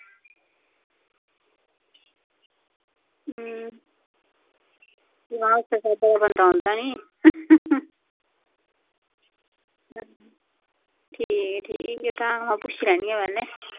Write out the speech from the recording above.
हूं महा उस्सै स्हाबै दा बंदा औंदा नी ठीक ठीक तां पुच्छी लैन्नी आं पैह्लें